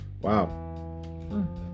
Wow